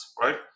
right